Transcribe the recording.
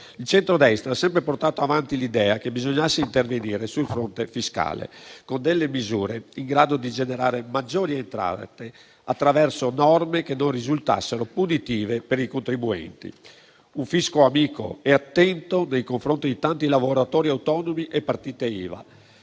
Il centrodestra ha sempre portato avanti l'idea che bisognasse intervenire sul fronte fiscale con misure in grado di generare maggiori entrate attraverso norme che non risultassero punitive per i contribuenti, con un fisco amico e attento nei confronti di tanti lavoratori autonomi e partite IVA,